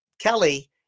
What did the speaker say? Kelly